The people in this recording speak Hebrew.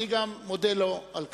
אני גם מודה לו על כך.